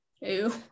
Ew